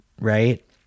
right